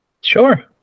Sure